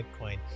Bitcoin